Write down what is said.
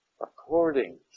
according